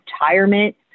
retirement